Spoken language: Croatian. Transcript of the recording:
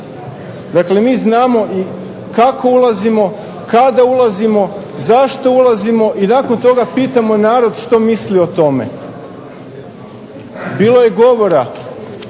Dakle mi znamo kako ulazimo, kada ulazimo i zašto ulazimo i nakon toga pitamo narod što misli o tome. Bilo je govora